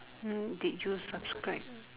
hmm did you subscribe